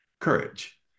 courage